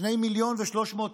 2.3 מיליון